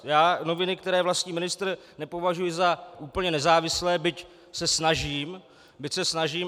Já noviny, které vlastní ministr, nepovažuji za úplně nezávislé, byť se snažím.